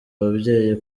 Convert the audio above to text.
ababyeyi